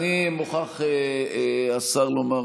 מה לא מתאים לי, אני לא מבין.